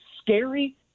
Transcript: scary